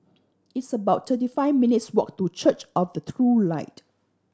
it's about thirty five minutes' walk to Church of the True Light